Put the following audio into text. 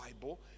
Bible